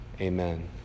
Amen